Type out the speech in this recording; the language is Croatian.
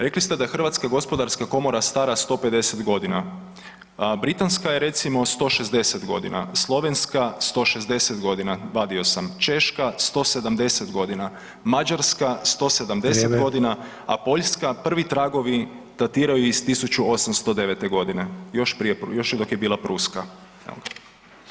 Rekli da je Hrvatska gospodarska komora stara 150 godina, Britanska je recimo 160 godina, Slovenska 160 godina vadio sam, Češka 170 godina, Mađarska 170 godina [[Upadica: Vrijeme.]] a Poljska prvi tragovi datiraju iz 1809. godine još dok je bila Pruska.